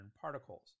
particles